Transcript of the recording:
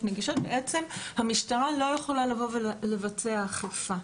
נגישות המשטרה לא יכולה לבוא ולבצע אכיפה.